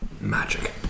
Magic